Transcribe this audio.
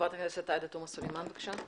חברת הכנסת עאידה תומא סלימאן בבקשה.